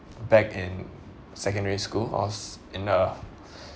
back in secondary school I was in a